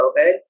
COVID